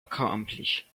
accomplish